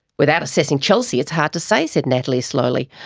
without assessing chelsea, it's hard to say said natalie slowly.